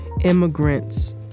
Immigrants